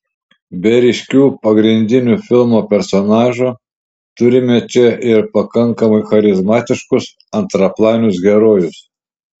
be ryškių pagrindinių filmo personažų turime čia ir pakankamai charizmatiškus antraplanius herojus